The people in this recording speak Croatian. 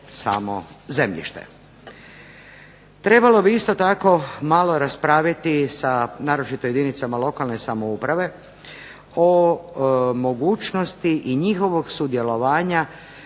samo zemljište. Trebalo bi isto tako malo raspraviti sa naročito jedinicama lokalne samouprave o mogućnosti i njihovog sudjelovanja